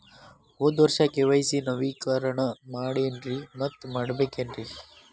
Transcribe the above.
ಹೋದ ವರ್ಷ ಕೆ.ವೈ.ಸಿ ನವೇಕರಣ ಮಾಡೇನ್ರಿ ಮತ್ತ ಮಾಡ್ಬೇಕೇನ್ರಿ?